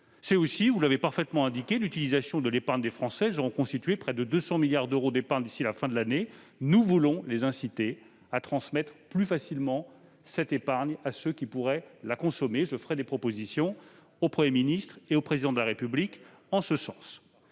faut aussi, comme vous l'avez parfaitement indiqué, utiliser l'épargne des Français, qui auront constitué près de 200 milliards d'euros d'épargne d'ici à la fin de l'année. Nous voulons les inciter à transmettre plus facilement cette épargne à ceux qui pourraient la consommer. Je ferai des propositions au Premier ministre et au Président de la République en ce sens.